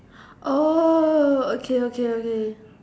oh okay okay okay